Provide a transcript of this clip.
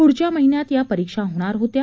पुढच्या महिन्यात या परीक्षा होणार होत्या